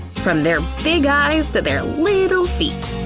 from their big eyes to their little feet!